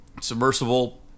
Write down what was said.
submersible